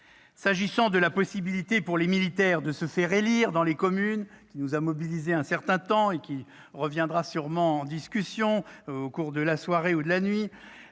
S'agissant de la possibilité pour les militaires de se faire élire dans les communes, sujet qui nous a mobilisés un certain temps et reviendra sûrement en discussion au cours de la soirée, la